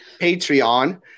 Patreon